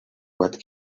what